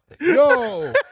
Yo